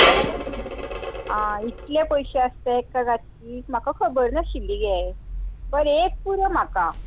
हय आं इतले पयशे आसता राशीक म्हाका खबर नाशिल्ले गे तर एक पुरो म्हाका